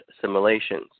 simulations